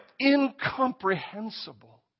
incomprehensible